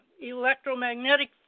electromagnetic